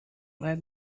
let